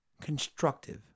constructive